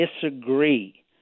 disagree